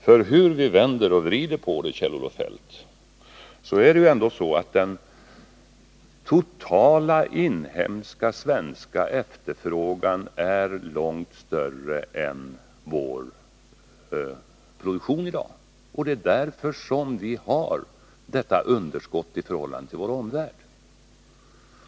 För hur vi än vänder och vrider på det, Kjell-Olof Feldt, är ändå den totala inhemska svenska efterfrågan långt större än vår produktion i dag. Det är därför som vi har detta underskott i förhållande till vår omvärld.